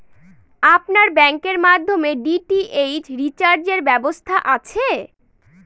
আপনার ব্যাংকের মাধ্যমে ডি.টি.এইচ রিচার্জের ব্যবস্থা আছে?